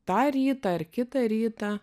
tą rytą ar kitą rytą